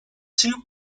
two